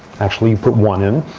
actually you put one in.